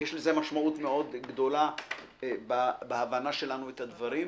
יש לזה משמעות מאוד גדולה בהבנה שלנו את הדברים.